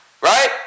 Right